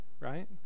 right